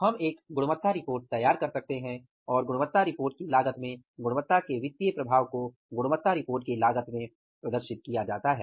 हम एक गुणवत्ता रिपोर्ट तैयार कर सकते हैं और गुणवत्ता रिपोर्ट की लागत में गुणवत्ता के वित्तीय प्रभाव को गुणवत्ता रिपोर्ट की लागत में प्रदर्शित किया जाता है